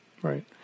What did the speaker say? Right